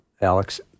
Alex